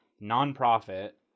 non-profit